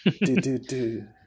Do-do-do